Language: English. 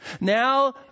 now